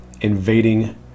invading